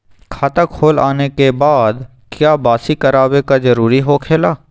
खाता खोल आने के बाद क्या बासी करावे का जरूरी हो खेला?